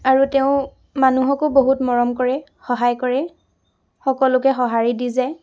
আৰু তেওঁ মানুহকো বহুত মৰম কৰে সহায় কৰে সকলোকে সঁহাৰি দি যায়